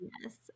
Yes